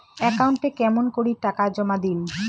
একাউন্টে কেমন করি টাকা জমা দিম?